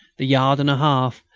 the yard and a half,